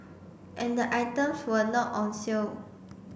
and the items were not on sale